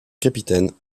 capitaine